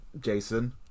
Jason